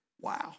Wow